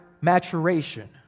maturation